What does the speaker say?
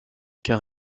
car